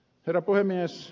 herra puhemies